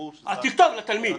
ברור שזו הכוונה.